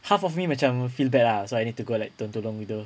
half of me macam feel bad ah that's why I need to go like tolong tolong begitu